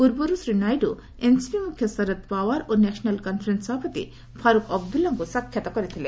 ପୂର୍ବରୁ ଶ୍ରୀ ନାଇଡୁ ଏନ୍ସିପି ମୁଖ୍ୟ ଶରତ ପାଓ୍ୱାର ଓ ନ୍ୟାସନାଲ୍ କନ୍ଫରେନ୍ନ ସଭାପତି ଫାରୁକ ଅବଦୁଲ୍ଲାଙ୍କୁ ସାକ୍ଷାତ କରିଥିଲେ